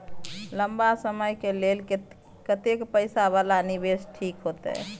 लंबा समय के लेल कतेक पैसा वाला निवेश ठीक होते?